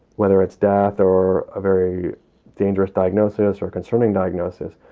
whether it's death or a very dangerous diagnosis or a concerning diagnosis.